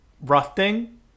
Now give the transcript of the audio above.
rusting